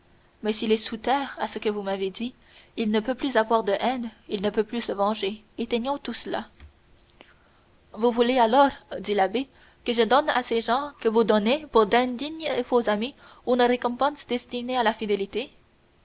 mais il est sous terre à ce que vous m'avez dit il ne peut plus avoir de haine il ne peut plus se venger éteignons tout cela vous voulez alors dit l'abbé que je donne à ces gens que vous donnez pour d'indignes et faux amis une récompense destinée à la fidélité